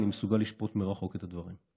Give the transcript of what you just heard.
אם אני מסוגל לשפוט מרחוק את הדברים.